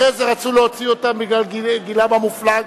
אחרי זה רצו להוציא אותם בגלל גילם המופלג,